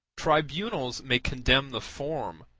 tribunals may condemn the form,